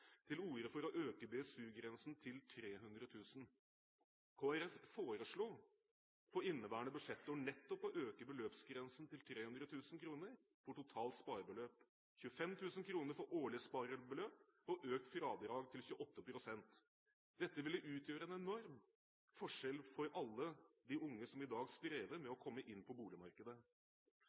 til orde for å øke BSU-grensen til 300 000 kr. Kristelig Folkeparti foreslo for inneværende budsjettår nettopp å øke beløpsgrensen til 300 000 kr for totalt sparebeløp, 25 000 kr for årlig sparebeløp og økt fradrag til 28 pst. Dette ville utgjøre en enorm forskjell for alle de unge som i dag strever med å komme inn på boligmarkedet.